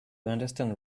understand